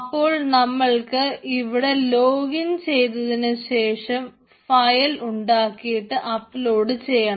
അപ്പോൾ നമ്മൾക്ക് ഇവിടെ ലോഗിൻ ചെയ്തതിനു ശേഷം ഫയൽ ഉണ്ടാക്കിയിട്ട് അപ്ലോഡ് ചെയ്യണം